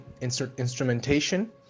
instrumentation